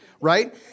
right